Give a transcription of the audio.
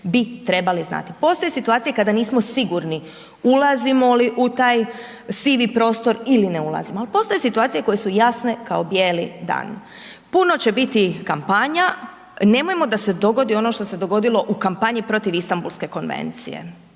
bi trebali znati. Postoje situacije kada nismo sigurni ulazimo li u taj sivi prostor ili ne ulazimo ali postoje situacije koje su jasne kao bijeli dan. Puno će biti kampanja, nemojmo da se dogodi ono što se dogodilo u kampanji protiv Istambulske konvencije